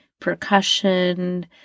percussion